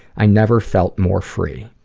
i never felt more free.